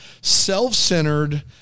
self-centered